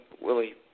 Willie